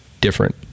different